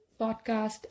podcast